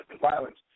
violence